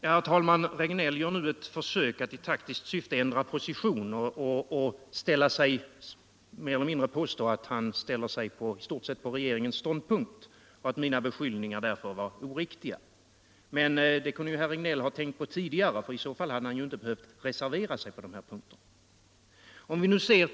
Herr talman! Herr Regnéll gör nu ett försök att i taktiskt syfte ändra position och påstår att han ställer sig i stort sett på regeringens ståndpunkt och att mina beskyllningar därför var oriktiga. Men det kunde ju herr Regnéll ha tänkt på tidigare, för i så fall hade han inte behövt reservera sig på den här punkten.